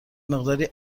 مقداری